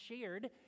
shared